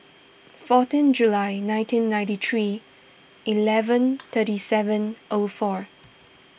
fourteen July nineteen ninety three eleven thirty seven O four